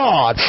God